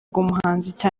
umuhanzi